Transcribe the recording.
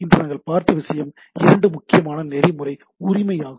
இன்று நாம் பார்த்த விஷயம் இரண்டு முக்கியமான நெறிமுறை உரிமையாகும்